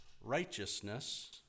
righteousness